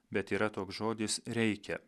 bet yra toks žodis reikia